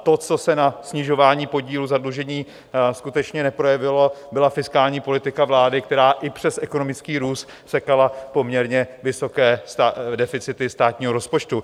To, co se na snižování podílu zadlužení skutečně neprojevilo, byla fiskální politika vlády, která i přes ekonomický růst sekala poměrně vysoké deficity státního rozpočtu.